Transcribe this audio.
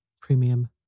Premium